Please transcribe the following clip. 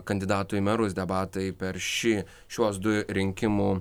kandidatų į merus debatai per šį šiuos du rinkimų